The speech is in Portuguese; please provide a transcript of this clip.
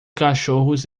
cachorros